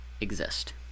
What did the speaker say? exist